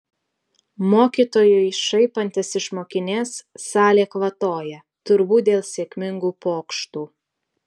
mokytojui šaipantis iš mokinės salė kvatoja turbūt dėl sėkmingų pokštų